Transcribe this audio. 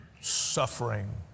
suffering